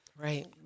Right